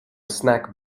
snack